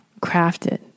crafted